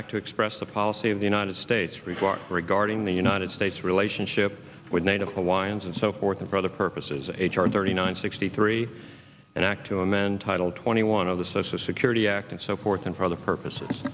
act to express the policy of the united states required regarding the united states relationship with native hawaiians and so forth and for other purposes h r thirty nine sixty three and act two and then title twenty one of the social security act and so forth and for other purposes